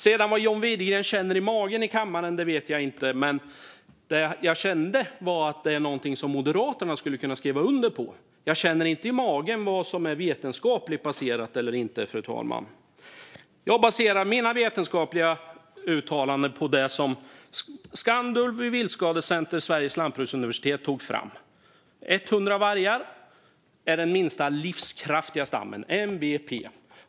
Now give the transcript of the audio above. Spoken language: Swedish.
Vad John Widegren känner i magen i kammaren vet jag inte, men jag kände att detta var någonting som Moderaterna skulle kunna skriva under på. Jag känner inte i magen vad som är vetenskapligt baserat och inte, fru talman. Jag baserar mina vetenskapliga uttalanden på det som Skandulv, Viltskadecenter och Sveriges lantbruksuniversitet tog fram: 100 vargar är den minsta livskraftiga stammen, MVP.